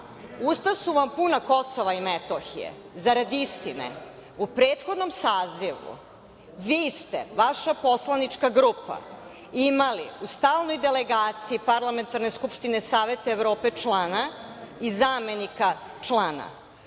usta su vam puna Kosova i Metohije. Zarad istine, u prethodnom sazivu vi ste, vaša poslanička grupa, imali u Stalnoj delegaciji Parlamentarne skupštine Saveta Evrope člana i zamenika člana,